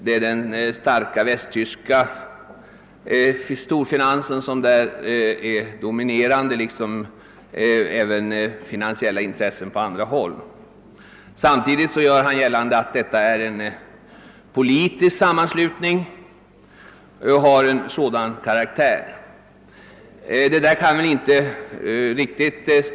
Det är den starka västtyska storfinansen och finansiella intressen på andra håll som där är dominerande, säger herr Her mansson. Samtidigt gör han gällande att detta är en sammanslutning av politisk karaktär. Det kan ju inte stämma riktigt.